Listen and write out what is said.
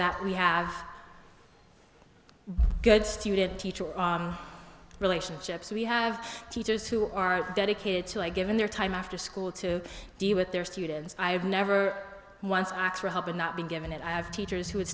that we have good student teacher relationships we have teachers who are dedicated to i given their time after school to deal with their students i have never once i had to help and not be given it i have teachers who would